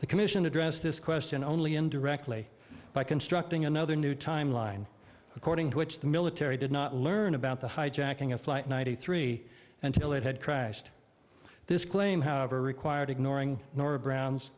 the commission addressed this question only indirectly by constructing another new timeline according to which the military did not learn about the hijacking of flight ninety three until it had crashed this claim however required ignoring nora brown